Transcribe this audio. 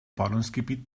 ballungsgebiet